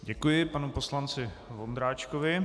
Děkuji panu poslanci Vondráčkovi.